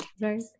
Right